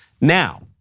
Now